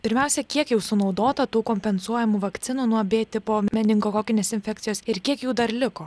pirmiausia kiek jau sunaudota tų kompensuojamų vakcinų nuo b tipo meningokokinės infekcijos ir kiek jų dar liko